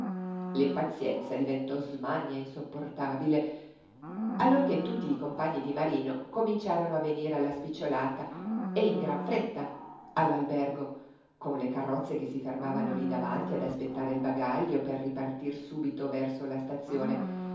l'impazienza diventò smania insopportabile allorché tutti i compagni di marino cominciarono a venire alla spicciolata e in gran fretta all'albergo con le carrozze che si fermavano lí davanti ad aspettare il bagaglio per ripartir subito verso la stazione